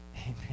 Amen